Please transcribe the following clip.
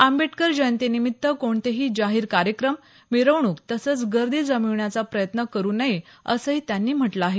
आंबेडकर जयंतीनिमित्त कोणतेही जाहीर कार्यक्रम मिरवणूक तसंच गर्दी जमविण्याचा प्रयत्न करू नये असंही त्यांनी म्हटलं आहे